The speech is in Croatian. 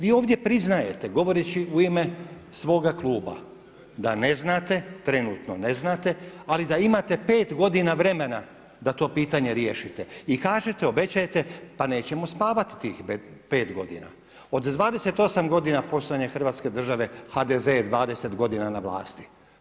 Vi ovdje priznajete, govoreći u ime svoga kluba, da ne znate, trenutno ne znate, ali da imate 5 g. vremena da to pitanje riješite i kažete obećajte, pa nećemo spavati tih 5 g. Od 28 g. postojanje Hrvatske države, HDZ je 20 g. na vlasti.